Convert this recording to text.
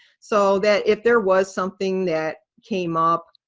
so that if there was something that came up,